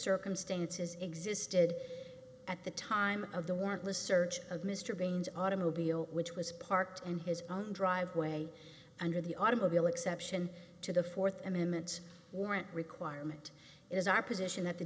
circumstances existed at the time of the warrantless search of mr baines automobile which was parked in his own driveway under the automobile exception to the fourth amendment warrant requirement it is our position that the